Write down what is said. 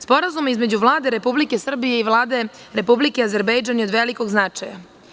Sporazum između Vlade Republike Srbije i Vlade Republike Azerbejdžan je od velikog značaja.